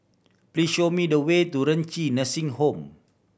please show me the way to Renci Nursing Home